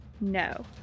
no